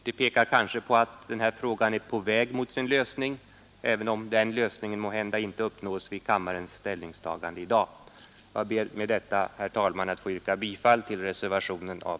Det pekar kanske på att frågan är på väg mot sin lösning, även om den lösningen måhända inte uppnås vid kammarens ställningstagande i dag. Jag ber med detta, herr talman, att få yrka bifall till reservationen av